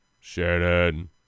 Shannon